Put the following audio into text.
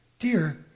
Dear